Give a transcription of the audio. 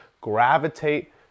gravitate